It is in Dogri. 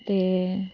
ते